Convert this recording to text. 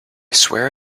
swear